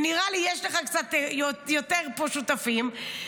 נראה לי שיש לך קצת יותר שותפים פה.